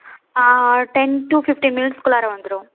ten to fifteen மினிட்ஸ்குள்ளாரே வந்துடும்